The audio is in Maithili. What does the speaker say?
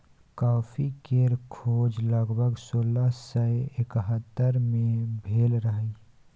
कॉफ़ी केर खोज लगभग सोलह सय एकहत्तर मे भेल रहई